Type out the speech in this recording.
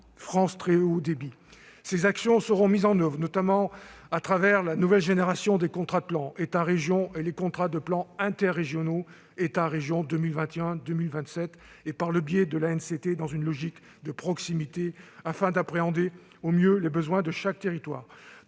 France Très haut débit. Ces actions seront mises en oeuvre, notamment dans le cadre de la nouvelle génération des contrats de plan État-région et des contrats de plan interrégionaux État-région 2021-2027, et par le biais de l'ANCT, dans une logique de proximité, afin d'appréhender au mieux les besoins de chaque territoire.